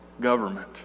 government